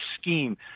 scheme